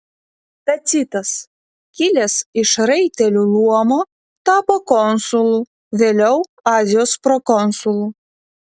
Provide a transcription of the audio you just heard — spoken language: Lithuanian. tacitas kilęs iš raitelių luomo tapo konsulu vėliau azijos prokonsulu